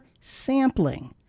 sampling